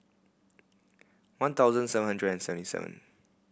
one thousand seven hundred and seventy seven